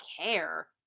care